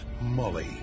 Molly